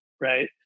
Right